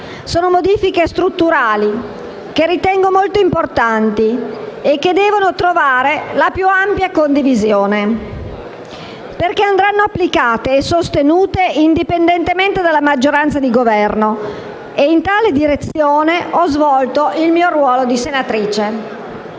Sono modifiche strutturali, che ritengo molto importanti e che devono trovare la più ampia condivisione, perché andranno applicate e sostenute indipendentemente dalla maggioranza di Governo e in tale direzione ho svolto il mio ruolo di relatrice.